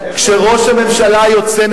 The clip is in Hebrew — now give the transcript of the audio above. שראש הממשלה היוצא,